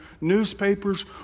newspapers